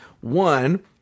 one